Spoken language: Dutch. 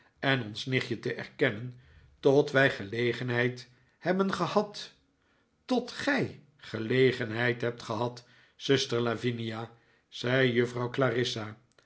en ons nichtje te erkennen tot wij gelegenheid hebben gehad tot gij gelegenheid hebt gehad zuster lavinia zei juffrouw clarissa